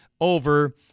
over